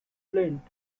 flint